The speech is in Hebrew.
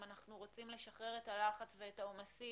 אם אנחנו רוצים לשחרר את הלחץ והעומסים